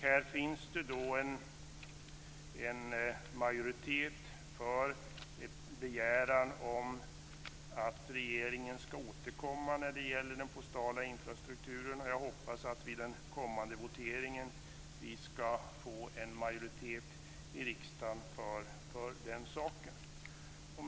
Här finns en majoritet för en begäran om att regeringen skall återkomma när det gäller den postala infrastrukturen, och jag hoppas att vi skall få en majoritet i riksdagen för den saken vid den kommande voteringen.